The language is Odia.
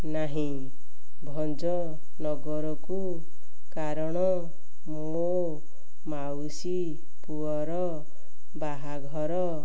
ନାହିଁ ଭଞ୍ଜନଗରକୁ କାରଣ ମୋ ମାଉସୀ ପୁଅର ବାହାଘର